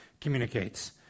communicates